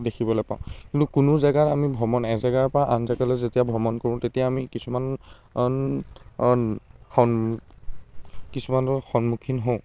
দেখিবলৈ পাওঁ কিন্তু কোনো জেগাৰ আমি ভ্ৰমণ এজেগাৰ পৰা আন জেগালৈ যেতিয়া ভ্ৰমণ কৰোঁ তেতিয়া আমি কিছুমান সন্ কিছুমানৰ সন্মুখীন হওঁ